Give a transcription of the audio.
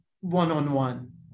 one-on-one